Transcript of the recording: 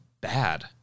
bad